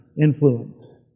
Influence